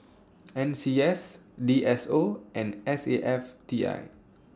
N C S D S O and S A F T I